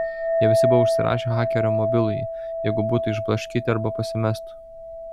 jie visi buvo užsirašę hakerio mobilųjį jeigu būtų išblaškyti arba pasimestų